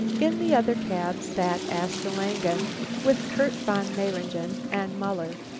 in the other cab sat asta langen with kurt von mayringen and muller.